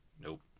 Nope